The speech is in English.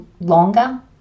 longer